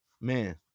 man